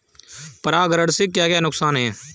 परागण से क्या क्या नुकसान हैं?